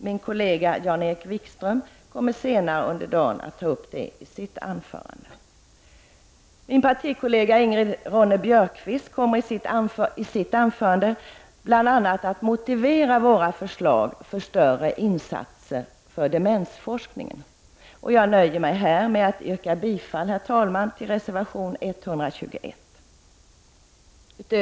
Min kollega Jan-Erik Wikström kommer senare under dagen att ta upp det i sitt anförande. Min partikollega Ingrid Ronne-Björkqvist kommer i sitt anförande att bl.a. motivera våra förslag för större insatser för demensforskningen. Jag nöjer mig här med att yrka bifall till reservation 121.